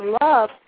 love